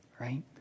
right